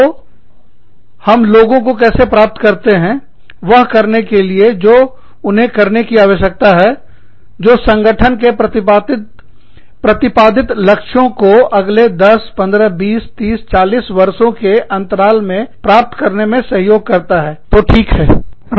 तो हम लोगों को कैसे प्राप्त करते हैं वह करने के लिए जो उन्हें करने की आवश्यकता है जो संगठन के प्रतिपादित लक्ष्यों जो अगले 10 15 20 30 40 वर्षों के अंतराल में प्राप्त करने में सहयोग करता है ऐसे बात करते हैं